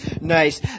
Nice